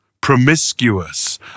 promiscuous